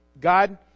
God